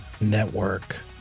network